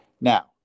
Now